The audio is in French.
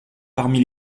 parmi